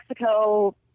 Mexico